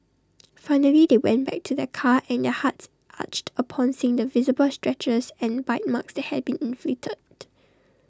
finally they went back to their car and their hearts ached upon seeing the visible scratches and bite marks that had been inflicted